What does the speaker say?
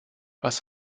was